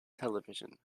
television